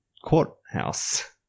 courthouse